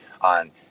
on